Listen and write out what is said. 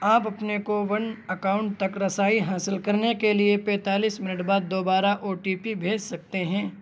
آپ اپنے CoWIN account تک رسائی حاصل کرنے کے لیے پینتالیس منٹ بعد دوبارہ او ٹی پی بھیج سکتے ہیں